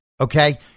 okay